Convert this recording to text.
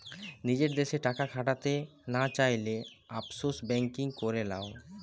নিজের দেশে টাকা খাটাতে না চাইলে, অফশোর বেঙ্কিং করে লাও